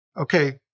okay